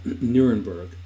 Nuremberg